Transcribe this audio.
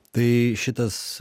tai šitas